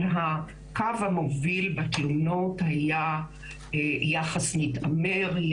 הקו המוביל בתלונות היה יחס מתעמר,